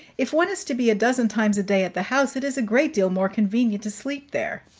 if one is to be a dozen times a day at the house, it is a great deal more convenient to sleep there.